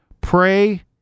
pray